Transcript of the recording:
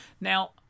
now